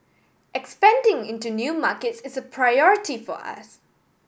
expanding into new markets is a priority for us